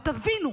תבינו,